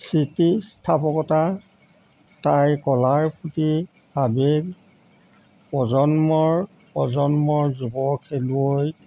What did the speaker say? স্থিতিস্থাপকতা তাইৰ কলাৰ প্ৰতি আৱেগ প্ৰজন্মৰ প্ৰজন্মৰ যুৱ খেলুৱৈক